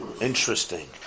Interesting